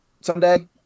someday